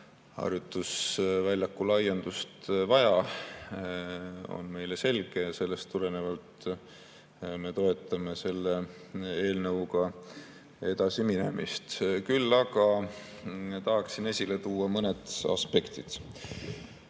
harjutusväljaku laiendust vaja, on meile selge ja sellest tulenevalt me toetame selle eelnõuga edasiminemist. Küll aga tahaksin esile tuua mõned aspektid.